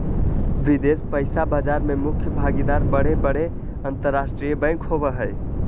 विदेश पइसा बाजार में मुख्य भागीदार बड़े बड़े अंतरराष्ट्रीय बैंक होवऽ हई